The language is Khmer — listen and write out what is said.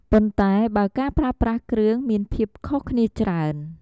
ប៉ុន្តែបើការប្រើប្រាស់គ្រឿងមានភាពខុសគ្នាច្រើន។